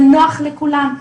זה נוח לכולם,